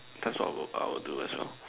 that's what I would I would do as well